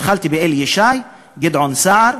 התחלתי באלי ישי, גדעון סער,